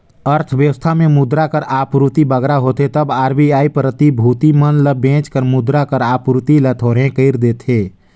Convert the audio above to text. अर्थबेवस्था में मुद्रा कर आपूरति बगरा होथे तब आर.बी.आई प्रतिभूति मन ल बेंच कर मुद्रा कर आपूरति ल थोरहें कइर देथे